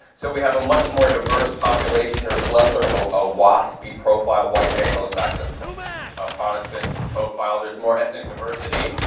so we have a much more diverse population, there's less sort of ah a wasp-y profile, white anglo-saxon protestant profile, there's more ethnic diversity.